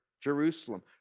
Jerusalem